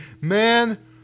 man